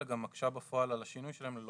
אלא גם מקשה בפועל על השינוי שלהם ללא